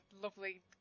lovely